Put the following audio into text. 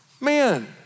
Man